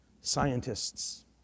Scientists